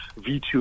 V2